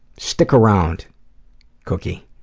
stick around cookie.